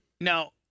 Now